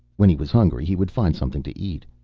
when he was hungry he would find something to eat.